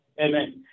Amen